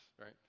right